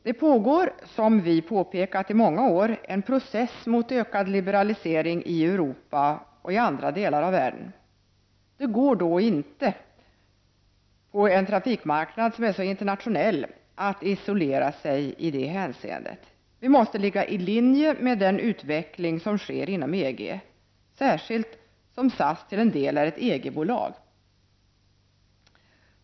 Det pågår — som vi har påpekat i många år — en process mot ökad liberalisering i Europa och andra delar av världen. Det går då inte, på en trafikmarknad som är så internationell, att isolera sig i det hänseendet. Vi måste ligga i linje med den utveckling som sker inom EG, särskilt som SAS till en del är ett EG-bolag.